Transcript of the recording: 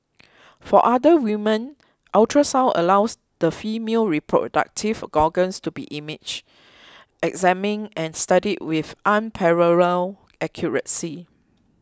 for other woman ultrasound allows the female reproductive organs to be imaged examined and studied with unparalleled accuracy